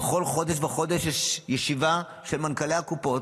בכל חודש וחודש יש ישיבה של מנכ"לי הקופות.